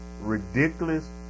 ridiculous